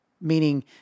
Meaning